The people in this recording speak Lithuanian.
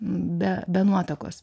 be be nuotakos